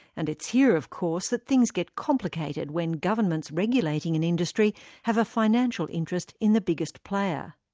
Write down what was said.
and it's here of course that things get complicated when governments regulating an industry have a financial interest in the biggest player.